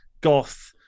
goth